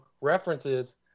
references